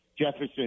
Jefferson